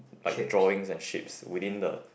like drawings and shapes within the